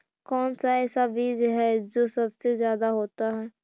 कौन सा ऐसा बीज है जो सबसे ज्यादा होता है?